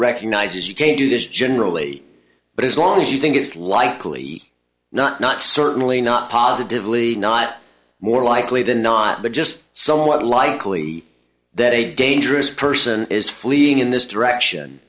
recognizes you can't do this generally but as long as you think it's likely not not certainly not positively not more likely than not that just somewhat likely that a dangerous person is fleeing in this direction